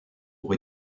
pour